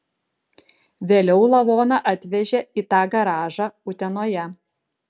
vėliau lavoną atvežė į tą garažą utenoje